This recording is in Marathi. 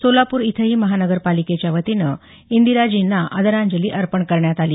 सोलापूर इथंही महानगरपालिकेच्यावतीनं इंदिराजींना आदरांजली अर्पण करण्यात आली